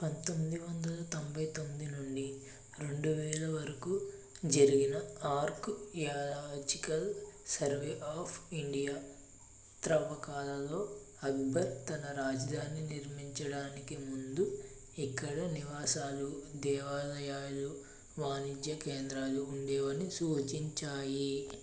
పంతొమ్మిది వందల తొంభై తొమ్మిది నుండి రెండు వేల వరకు జరిగిన ఆర్కయాలజికల్ సర్వే ఆఫ్ ఇండియా త్రవ్వకాలలో అక్బర్ తన రాజధాని నిర్మించడానికి ముందు ఇక్కడ నివాసాలు దేవాలయాలు వాణిజ్య కేంద్రాలు ఉండేవని సూచించాయి